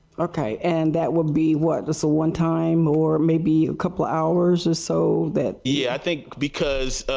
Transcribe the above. okay. and that will be what the so one-time or maybe couple of hours or so that yeah i think because,